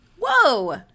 Whoa